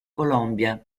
colombia